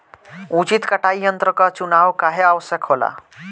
उचित कटाई यंत्र क चुनाव काहें आवश्यक होला?